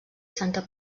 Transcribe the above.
santa